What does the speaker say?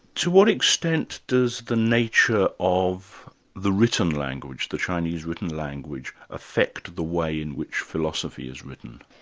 to what extent does the nature of the written language, the chinese written language, affect the way in which philosophy is written?